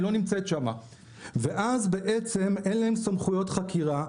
היא לא נמצאת שם ואז בעצם אין להם סמכויות חקירה,